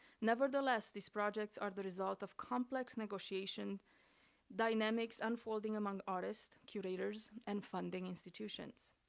nevertheless, these projects are the result of complex negotiation dynamics unfolding among artists, curators, and funding institutions.